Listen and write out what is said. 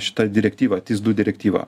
šitą direktyvą tyz du direktyvą